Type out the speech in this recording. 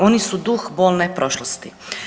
Oni su duh bolne prošlosti.